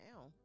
now